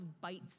bites